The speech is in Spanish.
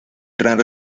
gran